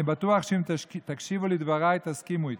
אני בטוח שאם תקשיבו לדבריי, תסכימו איתי,